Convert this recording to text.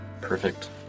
Perfect